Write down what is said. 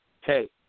hey